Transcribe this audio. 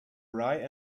rye